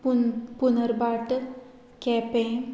पुन पुनरभाट केंपें